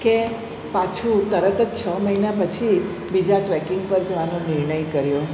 કે પાછું તરત જ છ મહિના પછી બીજા ટ્રેકિંગ પર જવાનો નિર્ણય કર્યો